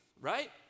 right